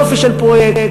יופי של פרויקט.